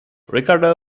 ricardo